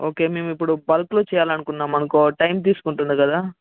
okay మేము ఇప్పుడు బల్క్లో చేయాలను అనుకున్నాం అనుకో టైం తీసుకుంటుంది కదా